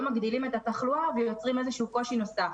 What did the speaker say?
מגדילים את התחלואה ויוצרים איזה שהוא קושי נוסף.